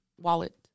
wallet